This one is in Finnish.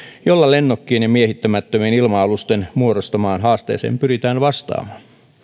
jolla lennokkien ja miehittämättömien ilma alusten muodostamaan haasteeseen pyritään vastaamaan